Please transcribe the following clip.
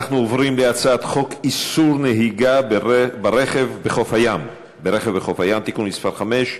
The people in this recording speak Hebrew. אנחנו עוברים להצעת חוק איסור נהיגה ברכב בחוף הים (תיקון מס' 5)